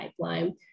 pipeline